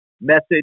message